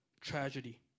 tragedy